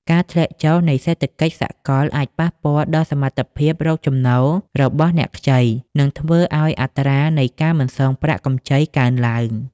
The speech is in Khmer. ការធ្លាក់ចុះនៃសេដ្ឋកិច្ចសកលអាចប៉ះពាល់ដល់សមត្ថភាពរកចំណូលរបស់អ្នកខ្ចី និងធ្វើឱ្យអត្រានៃការមិនសងប្រាក់កម្ចីកើនឡើង។